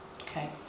Okay